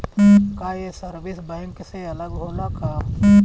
का ये service bank से अलग होला का?